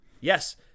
Yes